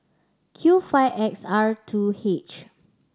Q five X R two H